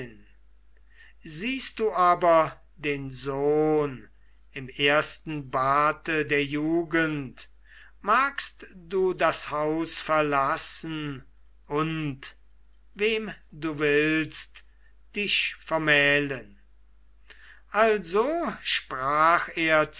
siehst du aber den sohn im ersten barte der jugend magst du das haus verlassen und wem du willst dich vermählen also sprach